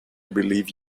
believe